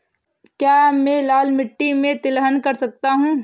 क्या मैं लाल मिट्टी में तिलहन कर सकता हूँ?